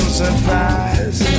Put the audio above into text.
surprise